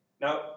Now